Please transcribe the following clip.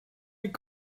est